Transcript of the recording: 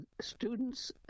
students